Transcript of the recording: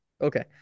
Okay